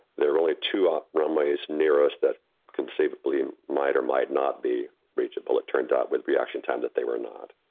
there are only two runways near us that conceivably might or might not be reachable. it turned out with reaction time that they were not.